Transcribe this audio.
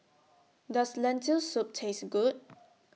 Does Lentil Soup Taste Good